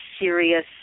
serious